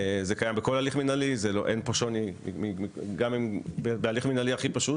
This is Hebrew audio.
זה קיים בכל הליך מינהלי בהליך מינהלי הכי פשוט